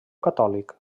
catòlic